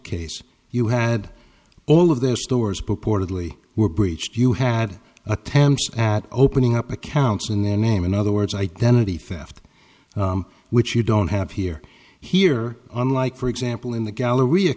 case you had all of their stores purportedly were breached you had attempts at opening up accounts in their name in other words identity theft which you don't have here here unlike for example in the galler